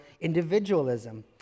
individualism